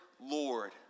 Lord